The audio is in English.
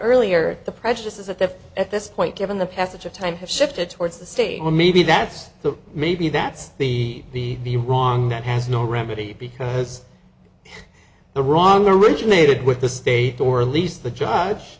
earlier the prejudice is at the at this point given the passage of time has shifted towards the state or maybe that's the maybe that's the the the wrong that has no remedy because the wrong originated with the state or least the judge